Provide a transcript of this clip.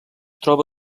troba